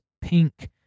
pink